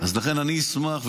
לכן אני אשמח,